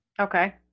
okay